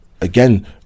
again